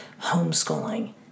homeschooling